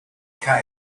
cave